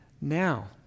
now